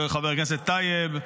לחבר הכנסת טייב,